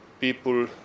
people